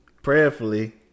prayerfully